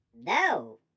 No